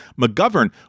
McGovern